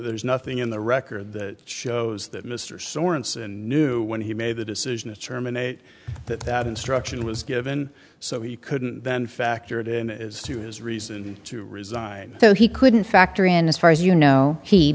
there's nothing in the record that shows that mr sorenson knew when he made the decision to terminate that that instruction was given so he couldn't then factor it in as to his reason to resign so he couldn't factor in as far as you know he